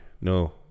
No